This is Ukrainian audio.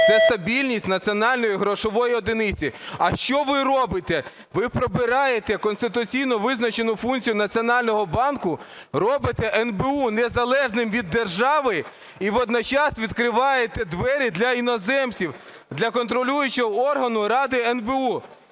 Це стабільність національної грошової одиниці. А що ви робите? Ви прибираєте конституційно визначену функцію Національного банку, робите НБУ незалежним від держави і водночас відкриваєте двері для іноземців, для контролюючого органу – Ради НБУ.